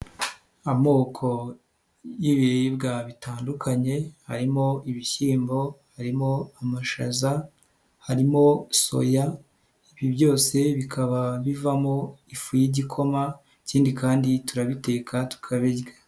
Amoko y'ibiribwa bitandukanye, harimo ibishyimbo, harimo amashaza, harimo soya, ibi byose bikaba bivamo ifu y'igikoma, ikindi kandi turabiteka tukabirya.